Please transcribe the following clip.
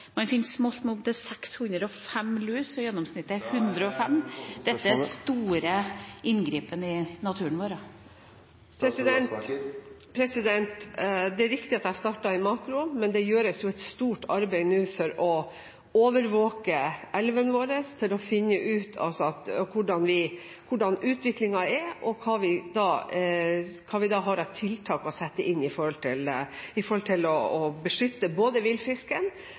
smolt med opptil 605 lus, og gjennomsnittet er 105 – er dette en stor inngripen i vår natur. Det er riktig at jeg har startet med makroen, men det gjøres nå et stort arbeid for å overvåke elvene våre for å finne ut hvordan utviklingen er, og hva vi har av tiltak å sette inn med hensyn til å beskytte både villfisken og med hensyn til